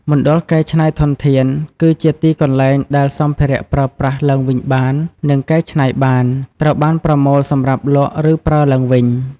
មណ្ឌលកែច្នៃធនធាន គឺជាទីន្លែងដែលសម្ភារៈប្រើប្រាស់ឡើងវិញបាននិងកែច្នៃបាន ត្រូវបានប្រមូលសម្រាប់លក់ឬប្រើឡើងវិញ។